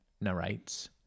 narrates